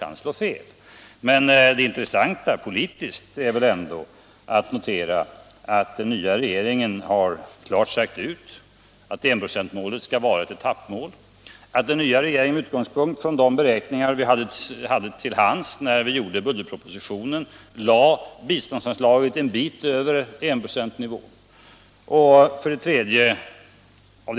Men det politiskt intressanta att notera är väl ändå att den nya regeringen klart har sagt ut att enprocentsmålet skall vara ett etappmål, att den nya regeringen med utgångspunkt från de beräkningar den hade till hands när budgetpropositionen fastställdes beräknade biståndsanslaget så att det skulle komma en bit över enprocentsnivån.